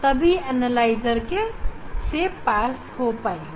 वह एनालाइजर की optic axis के समांतर होगी तभी एनालाइजर से पास हो पाएगी